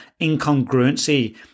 incongruency